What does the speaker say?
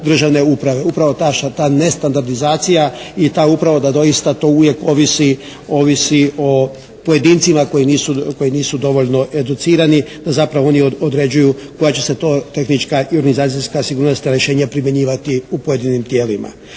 Upravo ta nestandardizacija i ta uprava da to dosita uvijek ovisi o pojedincima koji nisu dovoljno educirani, zapravo oni određuju koja će se to tehnička i organizacijska sigurnosna rješenja primjenjivati u pojedinim tijelima.